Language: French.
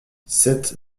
cette